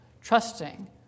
trusting